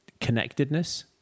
connectedness